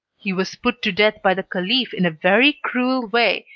he was put to death by the caliph in a very cruel way,